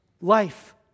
Life